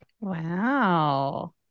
Wow